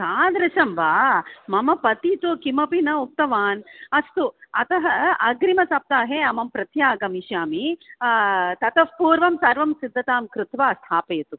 तादृशं वा मम पतिः तु किमपि न उक्तवान् अस्तु अतः अग्रिमसप्ताहे अहं प्रत्यागमिष्यामि ततः पूर्वं सर्वं सिद्धतां कृत्वा स्थापयतु